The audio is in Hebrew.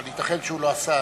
אבל ייתכן שהוא לא עשה.